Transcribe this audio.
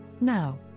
Now